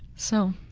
so